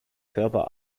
körper